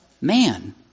man